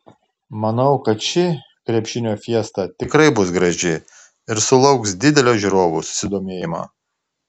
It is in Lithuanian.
manau kad ši krepšinio fiesta tikrai bus graži ir sulauks didelio žiūrovų susidomėjimo